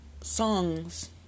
songs